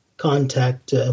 contact